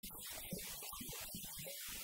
משהו אחר לגמרי, כן, כלומר